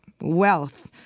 wealth